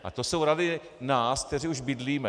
A to jsou rady nás, kteří už bydlíme.